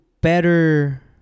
better